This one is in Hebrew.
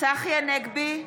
צחי הנגבי,